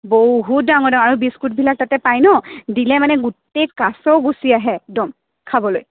বহুত ডাঙৰ ডাঙৰ আৰু বিস্কুট বিলাক তাতে পাই ন দিলে মানে কাছও গুচি আহে একদম খাবলৈ